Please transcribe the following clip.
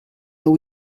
nhw